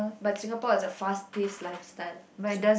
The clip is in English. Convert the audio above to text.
but Singapore is a fast paced lifestyle